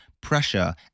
pressure